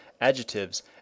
adjectives